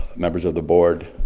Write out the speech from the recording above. members of the board,